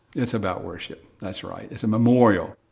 it's about worship. that's right. it's a memorial,